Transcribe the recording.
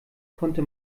konnte